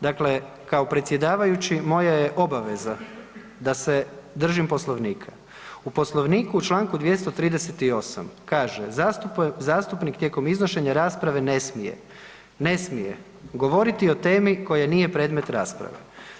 Dakle, kao predsjedavajući moja je obaveza da se držim Poslovnika, u Poslovniku u čl. 238. kaže „Zastupnik tijekom iznošenja rasprave ne smije“, ne smije „govoriti o temi koja nije predmet rasprave“